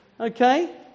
Okay